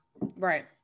right